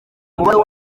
umubare